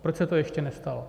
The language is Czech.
Proč se to ještě nestalo?